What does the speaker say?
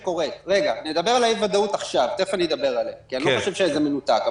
כי אני לא חושב שזה מנותק,